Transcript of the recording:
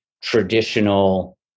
traditional